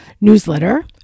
newsletter